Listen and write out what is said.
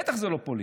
בטח שזה לא פוליטי.